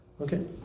Okay